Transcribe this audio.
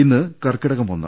ഇന്ന് കർക്കിടകമാസം ഒന്ന്